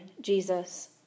Jesus